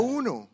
uno